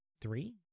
three